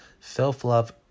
Self-love